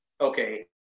okay